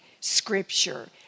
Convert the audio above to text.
scripture